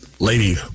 Lady